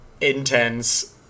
intense